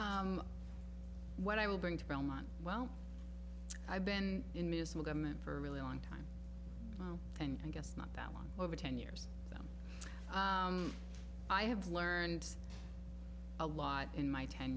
out what i will bring to belmont well i've been in municipal government for a really long time and guess not that long over ten years i have learned a lot in my ten